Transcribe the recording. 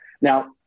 Now